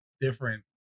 different